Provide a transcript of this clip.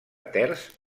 terç